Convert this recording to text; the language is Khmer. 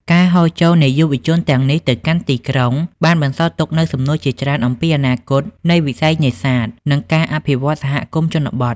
ការហូរចូលនៃយុវជនទាំងនេះទៅកាន់ទីក្រុង បានបន្សល់ទុកនូវសំណួរជាច្រើនអំពីអនាគតនៃវិស័យនេសាទ និងការអភិវឌ្ឍន៍សហគមន៍ជនបទ។